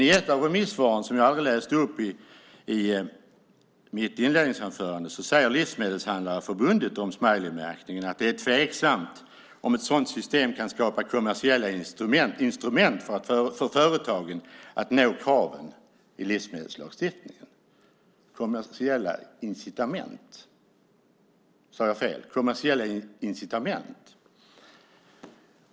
I ett av remissvaren som jag aldrig läste upp i mitt inledningsanförande säger Livsmedelshandlarförbundet om smileymärkningen att det är tveksamt om ett sådant system kan skapa kommersiella incitament för företagen att nå kraven i livsmedelslagstiftningen.